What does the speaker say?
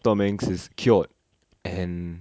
tom hanks is cured and